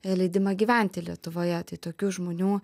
leidimą gyventi lietuvoje tai tokių žmonių